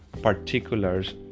particulars